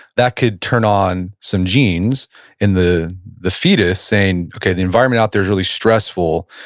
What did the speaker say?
that could turn on some genes in the the fetus saying, okay, the environment out there is really stressful.